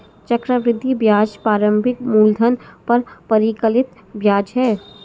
चक्रवृद्धि ब्याज प्रारंभिक मूलधन पर परिकलित ब्याज है